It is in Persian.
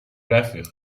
رفیق